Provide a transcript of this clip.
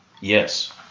yes